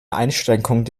einschränkung